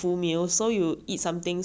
basically breakfast and dinner